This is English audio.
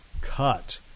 cut